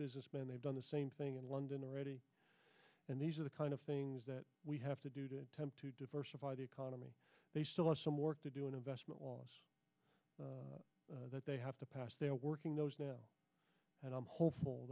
businessmen they've done the same thing in london already and these are the kind of things that we have to do to attempt to diversify the economy they still have some work to do an investment that they have to pass they are working those now and i'm hopeful